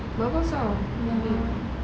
bagus ah